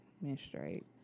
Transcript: menstruate